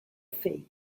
fake